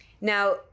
Now